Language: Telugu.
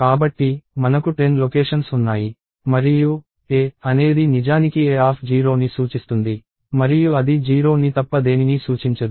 కాబట్టి మనకు 10 లొకేషన్స్ ఉన్నాయి మరియు a అనేది నిజానికి a0 ని సూచిస్తుంది మరియు అది 0 ని తప్ప దేనినీ సూచించదు